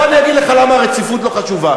בוא אני אגיד לך למה הרציפות לא חשובה.